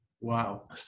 Wow